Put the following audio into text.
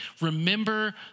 remember